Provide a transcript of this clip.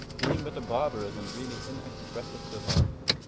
being but a barbarous and really inexpressive survival.